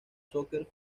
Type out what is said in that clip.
soccer